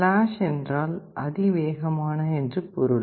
flash என்றால் அதிவேகமான என்று பொருள்